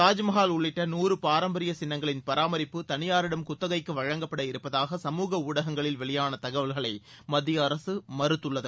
தாஜ்மஹஹால் உள்ளிட்ட நூறு பாரம்பரிய சின்னங்களின் பராமரிப்பு தனியாரிடம் குத்தகைக்கு வழங்கப்பட இருப்பதாக சமூக ஊடகங்களில் வெளியான தகவல்களை மத்திய அரசு மறுத்துள்ளது